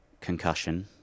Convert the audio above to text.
concussion